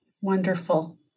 Wonderful